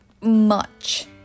much